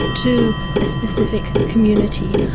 to a specific community.